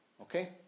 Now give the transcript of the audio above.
Okay